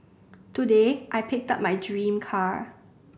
today I picked up my dream car